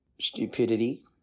stupidity